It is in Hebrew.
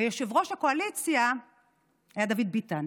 ויושב-ראש הקואליציה היה דוד ביטן,